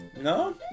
No